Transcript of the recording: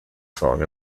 song